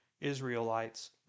Israelites